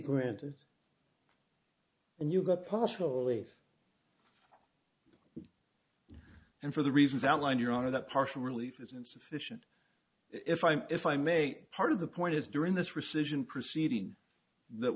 granted and you got partially and for the reasons outlined your honor the partial relief is insufficient if i if i may part of the point is during this rescission proceeding that